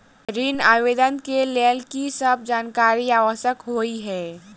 ऋण आवेदन केँ लेल की सब जानकारी आवश्यक होइ है?